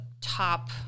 top